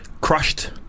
crushed